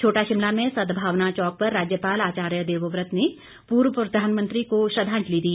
छोटा शिमला में सद्भावना चौक पर राज्यपाल आचार्य देवव्रत ने पूर्व प्रधानमंत्री को श्रद्वांजलि दी